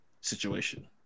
situation